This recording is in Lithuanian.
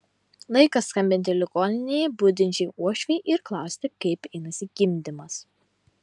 laikas skambinti ligoninėje budinčiai uošvei ir klausti kaip einasi gimdymas